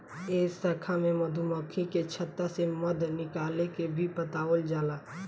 ए शाखा में मधुमक्खी के छता से मध निकाले के भी बतावल जाला